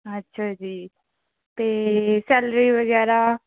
ਅੱਛਾ ਜੀ ਅਤੇ ਸੈਲਰੀ ਵਗੈਰਾ